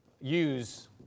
use